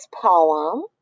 poem